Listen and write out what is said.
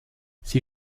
sie